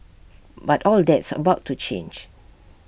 but all that's about to change